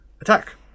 attack